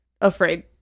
afraid